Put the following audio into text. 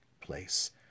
place